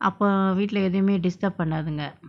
அப்ப வீட்ல எதயுமே:apa veetla ethayume disturb பன்னாதுங்க:pannathunga